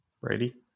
Brady